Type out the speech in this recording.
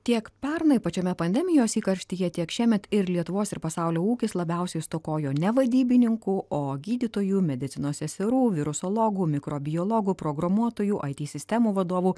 tiek pernai pačiame pandemijos įkarštyje tiek šiemet ir lietuvos ir pasaulio ūkis labiausiai stokojo ne vadybininkų o gydytojų medicinos seserų virusologų mikrobiologų programuotojų it sistemų vadovų